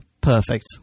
perfect